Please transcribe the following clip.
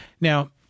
Now